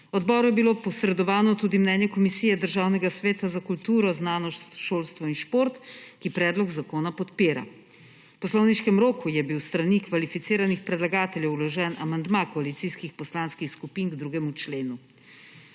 Odboru je bilo posredovano tudi mnenje Komisije Državnega sveta za kulturo, znanost, šolstvo in šport, ki predlog zakona podpira. V poslovniškem roku je bil s strani kvalificiranih predlagateljev vložen amandma koalicijskih poslanskih skupin k 2. členu.